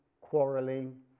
quarrelling